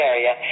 Area